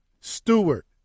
Stewart